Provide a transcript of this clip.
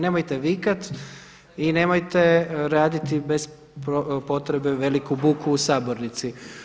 Nemojte vikati i nemojte raditi bez potrebe veliku buku u sabornici.